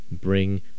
bring